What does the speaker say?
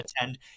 attend